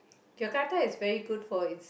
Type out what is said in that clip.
Jakarta is very good for its